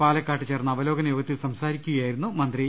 പാലക്കാട് ചേർന്ന അവലോകനയോഗത്തിൽ സംസാരിക്കുകയായിരുന്നു മന്ത്രി